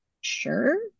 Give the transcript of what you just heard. sure